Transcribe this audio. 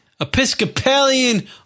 Episcopalian